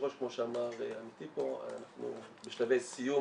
נראה שאנחנו בשלבי סיום,